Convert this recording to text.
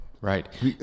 right